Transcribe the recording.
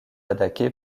attaquée